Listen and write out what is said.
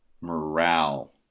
morale